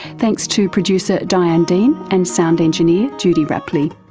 thanks to producer diane dean and sound engineer judy rapley.